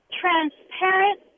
transparent